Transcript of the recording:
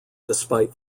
despite